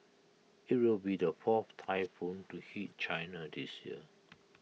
IT will be the fourth typhoon to hit China this year